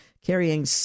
carrying